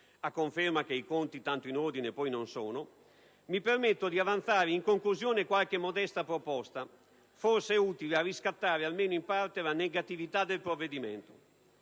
a conferma che i conti tanto in ordine poi non sono, mi permetto di avanzare in conclusione qualche modesta proposta, forse utile a riscattare almeno in parte la negatività del provvedimento.